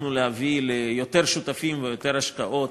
הצלחנו להביא ליותר שותפים ויותר השקעות